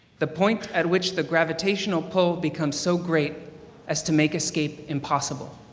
the point at which the gravitational pull becomes so great as to make escape impossible.